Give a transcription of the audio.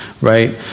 right